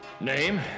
Name